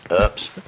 Oops